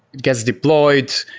gets deployed,